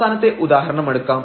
അവസാനത്തെ ഉദാഹരണമെടുക്കാം